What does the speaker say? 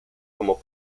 como